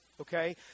Okay